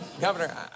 Governor